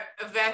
event